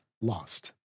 lost